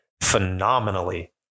phenomenally